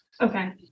Okay